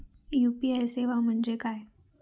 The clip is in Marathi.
यू.पी.आय सेवा म्हणजे काय?